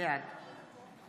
בעד